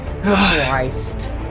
Christ